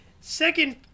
second